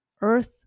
Earth